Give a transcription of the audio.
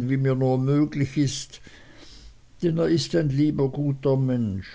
wie mir nur möglich ist denn er ist ein lieber guter mensch